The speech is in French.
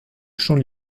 chant